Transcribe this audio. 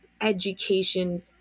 education